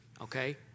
Okay